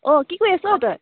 অঁ কি কৰি আছ অঁ তই